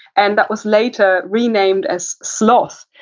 and that was later renamed as sloth.